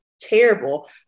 terrible